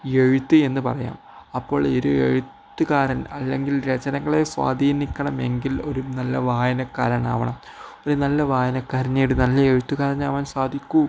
എഴുത്ത് എന്ന് പറയാം അപ്പോൾ ഒരു ഒരു എഴുത്തുകാരൻ അല്ലെങ്കിൽ രചനങ്ങളെ സ്വാധീനിക്കണമെങ്കിൽ ഒരു നല്ല വായനക്കാരനാവണം ഒരു നല്ല വായനക്കാരനായിട് നല്ല എഴുത്തുകാരനാവാൻ സാധിക്കൂ